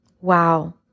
Wow